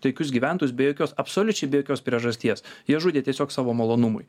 taikius gyventojus be jokios absoliučiai be jokios priežasties jie žudė tiesiog savo malonumui